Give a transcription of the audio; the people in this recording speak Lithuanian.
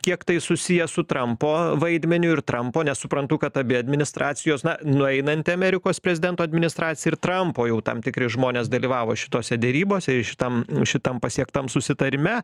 kiek tai susiję su trampo vaidmeniu ir trampo nes suprantu kad abi administracijos na nueinanti amerikos prezidento administracija ir trampo jau tam tikri žmonės dalyvavo šitose derybose ir šitam šitam pasiektam susitarime